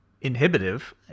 inhibitive